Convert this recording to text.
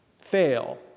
fail